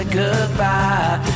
goodbye